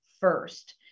first